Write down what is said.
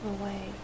away